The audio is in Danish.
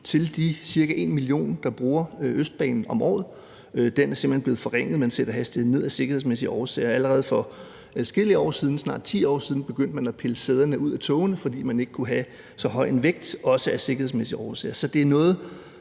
til den ca. en million, der bruger Østbanen om året, simpelt hen er blevet forringet, fordi man sætter hastigheden ned af sikkerhedsmæssige årsager, og allerede for snart 10 år siden begyndte man at pille sæderne ud af togene, fordi de ikke kunne klare så stor vægt, og det var også af sikkerhedsmæssige årsager. Så det er noget,